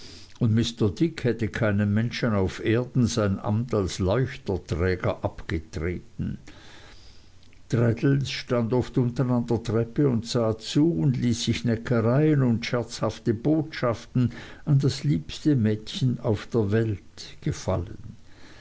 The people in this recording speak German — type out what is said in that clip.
und mr dick hätte keinem menschen auf erden sein amt als leuchterträger abgetreten traddles stand oft unten an der treppe und sah zu und ließ sich neckereien und scherzhafte botschaften an das liebste mädchen auf der welt gefallen